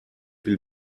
pil